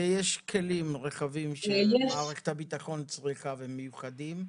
יש כלים, רכבים שמערכת הביטחון צריכה והם מיוחדים.